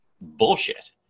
bullshit